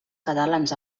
catalans